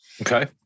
Okay